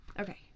Okay